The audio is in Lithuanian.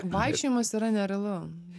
vaikščiojimas yra nerealu